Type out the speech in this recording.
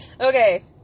okay